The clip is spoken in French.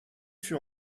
fut